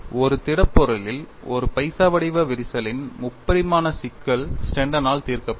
ஒரு திடப்பொருளில் ஒரு பைசா வடிவ விரிசலின் முப்பரிமாண சிக்கல் ஸ்னெடனால் தீர்க்கப்பட்டது